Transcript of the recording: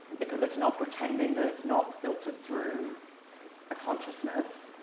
because it's not pretending that it's not filtered through a consciousness,